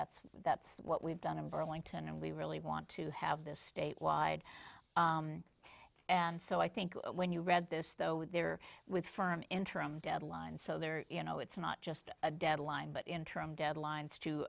that's that's what we've done in burlington and we really want to have this state wide and so i think when you read this though they're with firm interim deadlines so they're you know it's not just a deadline but interim deadlines to